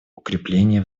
укрепления